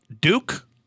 Duke